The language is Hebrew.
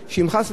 חס וחלילה,